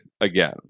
again